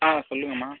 ஆ சொல்லுங்கம்மா